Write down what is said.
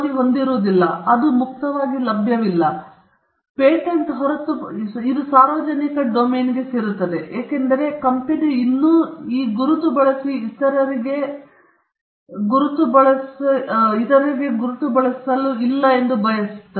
ಯಾಕೆಂದರೆ ಇತರರು ಬಯಸುವುದಿಲ್ಲ ಏಕೆಂದರೆ ಅಂತಹ ಚಿಹ್ನೆಯು ಸ್ಥಗಿತಗೊಂಡಾಗ ಅದು ಇತರರಿಗೆ ಆ ಮಾರ್ಕ್ ಅನ್ನು ಬಳಸಲು ಮುಕ್ತವಾಗಿರುವುದಿಲ್ಲ ಇದು ಪೇಟೆಂಟ್ ಅನ್ನು ಹೊರತುಪಡಿಸಿದರೆ ಮತ್ತು ಸಾರ್ವಜನಿಕ ಡೊಮೇನ್ಗೆ ಸೇರುತ್ತದೆ ಏಕೆಂದರೆ ಈ ಕಂಪನಿಯು ಇನ್ನೂ ಗುರುತು ಬಳಸಿ ಇತರರಿಗೆ ಅಲ್ಲ ಎಂದು ಬಯಸುತ್ತದೆ